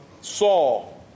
Saul